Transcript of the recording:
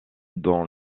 dans